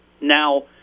Now